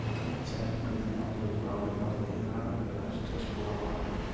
அதில் சாட் பண்ணி அவங்களுக்கு ப்ராப்லம் வர்றது இதனால அவங்க ஸ்ட்ரெஸ் ஃபுல்லாகுறாங்க